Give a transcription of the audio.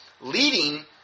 leading